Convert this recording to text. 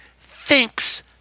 thinks